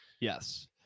Yes